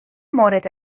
مورد